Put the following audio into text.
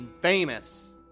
famous